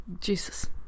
Jesus